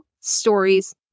stories